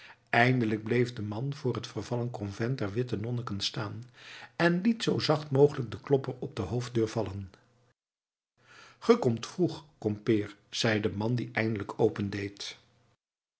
eindelijk bleef de man voor het vervallen convent der witte nonnekens staan en liet zoo zacht mogelijk den klopper op de hoofddeur vallen ge komt vroeg kompeer zei de man die eindelijk opendeed